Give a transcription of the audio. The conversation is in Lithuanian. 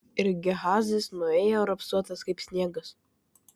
ir gehazis nuėjo raupsuotas kaip sniegas